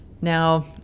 Now